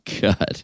God